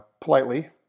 politely